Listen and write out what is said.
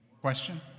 Question